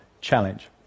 challenge